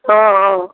हँ हँ